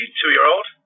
two-year-old